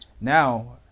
Now